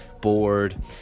bored